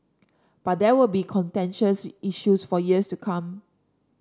but there will be contentious issues for years to come